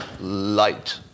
light